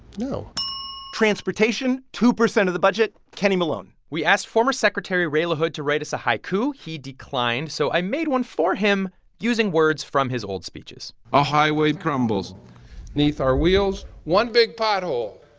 no transportation two percent of the budget, kenny malone we asked former secretary ray lahood to write us a haiku. he declined, so i made one for him using words from his old speeches a highway crumbles neath our wheels one big pothole.